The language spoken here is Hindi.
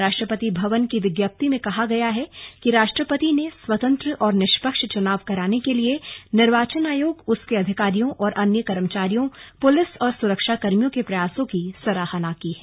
राष्ट्रपति भवन की विज्ञप्ति में कहा गया है कि राष्ट्रपति ने स्वतंत्र और निष्पक्ष चुनाव कराने के लिए निर्वाचन आयोग उसके अधिकारियों और अन्य कर्मचारियों पुलिस और सुरक्षाकर्मियों के प्रयासों की सराहना की है